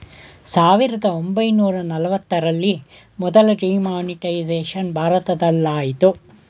ಸಾವಿರದ ಒಂಬೈನೂರ ನಲವತ್ತರಲ್ಲಿ ಮೊದಲ ಡಿಮಾನಿಟೈಸೇಷನ್ ಭಾರತದಲಾಯಿತು